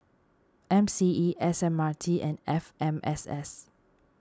M C E S M R T and F M S S